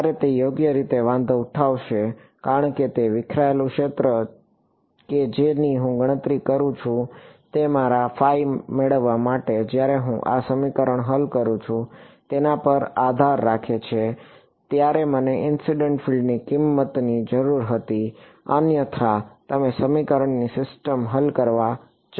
જ્યારે તે યોગ્ય રીતે વાંધો ઉઠાવશે કારણ કે એક વિખેરાયેલું ક્ષેત્ર કે જેની હું ગણતરી કરું છું તે મારા મેળવવા માટે જ્યારે હું આ સમીકરણો હલ કરું છું તેના પર આધાર રાખે છે ત્યારે મને ઇનસિડન્ટ ફિલ્ડ ની કિંમતની જરૂર હતી અન્યથા તમે સમીકરણોની સિસ્ટમ હલ કરવા જઇ રહ્યા છો